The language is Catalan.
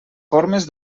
formes